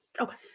Okay